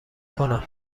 کنم